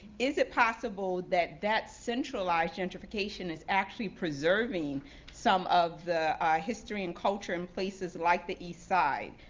is it possible that that centralized gentrification is actually preserving some of the history and culture in places like the east side?